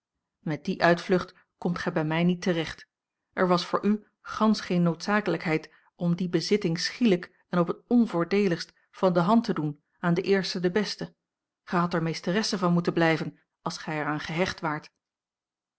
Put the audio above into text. met die uitvlucht komt gij bij mij niet terecht er was voor u gansch geene noodzakelijkheid om die bezitting schielijk en op het onvoordeeligst van de hand te doen aan den eersten den beste gij hadt er meesteresse van moeten blijven als gij er aan gehecht waart